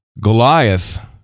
Goliath